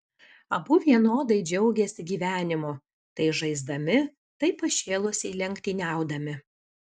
abu vienodai džiaugėsi gyvenimu tai žaisdami tai pašėlusiai lenktyniaudami